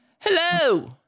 Hello